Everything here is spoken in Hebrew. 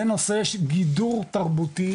זה נושא שגידור תרבותי,